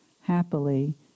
Happily